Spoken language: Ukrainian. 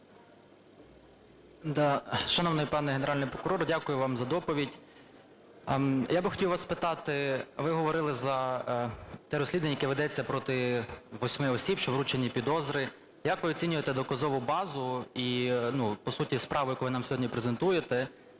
Шановний пане Генеральний прокурор, дякую вам за доповідь. Я би хотів у вас спитати. Ви говорили за те розслідування, яке ведеться проти восьми осіб, що вручені підозри. Як ви оцінюєте доказову базу і, по суті, справу, яку ви нам сьогодні презентуєте,